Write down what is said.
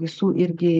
visų irgi